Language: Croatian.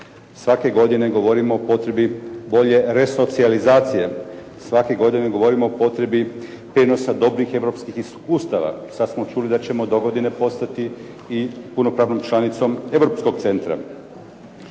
Svake godine govorimo o potrebi bolje resocijalizacije. Svake godine govorimo o potrebi prijenosa dobrih europskih iskustava. Sad smo čuli da ćemo dogodine postati i punopravnom članicom europskog centra.